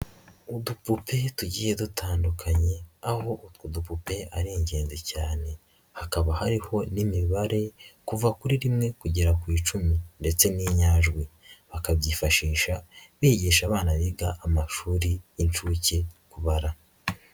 Udupupe tugiye dutandukanye aho utwo dupupe ari ingenzi cyane, hakaba hariho n'imibare kuva kuri rimwe kugera ku icumi ndetse n'inyajwi, bakabyifashisha bigisha abana biga amashuri y'inshuke kubara.